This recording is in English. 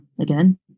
again